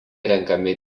renkami